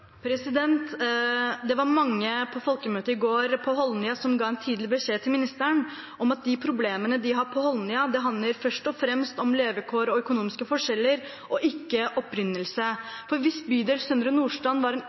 Det var mange på folkemøtet i går på Holmlia som ga en tydelig beskjed til ministeren om at de problemene de har på Holmlia, handler først og fremst om levekår og økonomiske forskjeller og ikke om opprinnelse. For hvis bydel Søndre Nordstrand var en